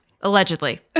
Allegedly